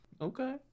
Okay